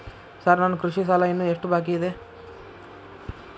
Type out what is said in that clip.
Sir ನನ್ನ ಕೃಷಿ ಸಾಲ ಇನ್ನು ಎಷ್ಟು ಬಾಕಿಯಿದೆ?